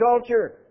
culture